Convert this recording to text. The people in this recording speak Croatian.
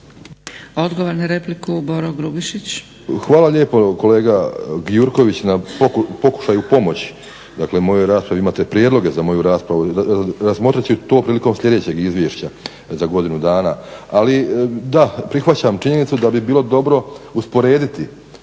**Grubišić, Boro (HDSSB)** Hvala lijepo kolega Gjurković na pokušaju pomoći, dakle mojoj raspravi. Imate prijedloge za moju raspravu. Razmotrit ću to prilikom sljedećeg izvješća za godinu dana. Ali da, prihvaćam činjenicu da bi bilo dobro usporediti